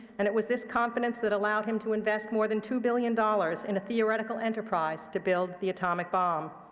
and it was this confidence that allowed him to invest more than two billion dollars in a theoretical enterprise to build the atomic bomb.